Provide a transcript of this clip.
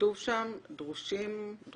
וכתוב שם: 'דרושים/דרושות',